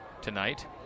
tonight